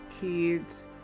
kids